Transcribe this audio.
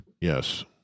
Yes